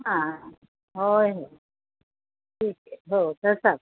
हां होय होय ठीक आहे हो तसाच